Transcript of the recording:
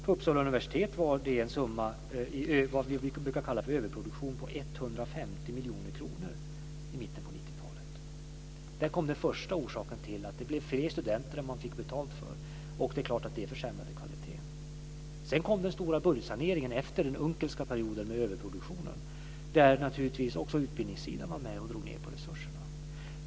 På Uppsala universitet var summan för vad vi brukar kalla för överproduktion på 150 miljoner kronor i mitten av 90-talet. Där kom den första orsaken till att det blev fler studenter än vad man fick betalt för. Det är klart att det försämrade kvaliteten. Sedan kom den stora budgetsaneringen efter den Unckelska perioden med överproduktionen, där naturligtvis också utbildningssidan var med och drog ned på resurserna.